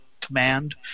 command